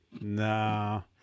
No